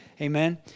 amen